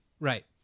Right